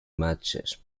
matches